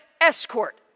escort